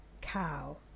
cow